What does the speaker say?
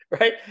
right